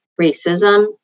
racism